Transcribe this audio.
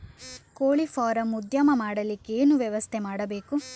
ಕೋಳಿ ಫಾರಂ ಉದ್ಯಮ ಮಾಡಲಿಕ್ಕೆ ಏನು ವ್ಯವಸ್ಥೆ ಮಾಡಬೇಕು?